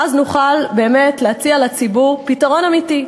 ואז נוכל באמת להציע לציבור פתרון אמיתי.